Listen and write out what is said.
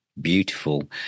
beautiful